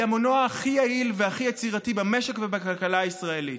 היא המנוע הכי יעיל והכי יצירתי במשק ובכלכלה הישראלית.